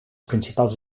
principals